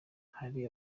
hari